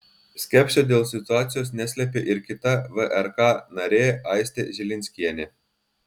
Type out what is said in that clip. skepsio dėl situacijos neslėpė ir kita vrk narė aistė žilinskienė